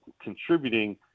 contributing